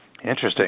Interesting